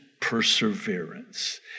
perseverance